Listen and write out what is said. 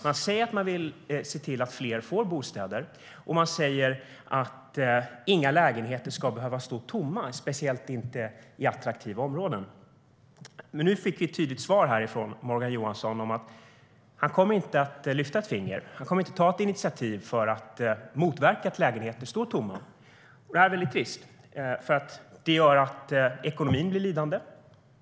Man säger att man vill se till att fler får bostäder. Och man säger att inga lägenheter ska behöva stå tomma, speciellt inte i attraktiva områden. Nu fick vi ett tydligt svar från Morgan Johansson. Han kommer inte att lyfta ett finger. Han kommer inte att ta något initiativ för att motverka att lägenheter står tomma, och det är väldigt trist. Det gör att ekonomin blir lidande.